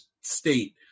state